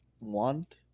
want